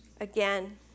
Again